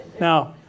Now